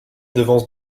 devance